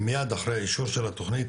מיד אחרי אישור של התוכנית,